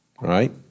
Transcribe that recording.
right